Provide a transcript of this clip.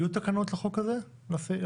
יהיו תקנות לחוק הזה?